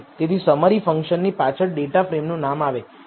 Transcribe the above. તેથી સમરી ફંકશનની પાછળ ડેટાફ્રેમનું નામ આવે